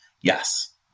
Yes